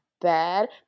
bad